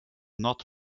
not